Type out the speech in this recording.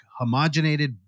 homogenated